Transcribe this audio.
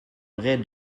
vraie